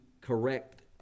correct